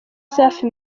safi